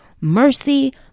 Mercy